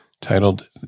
titled